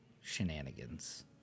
shenanigans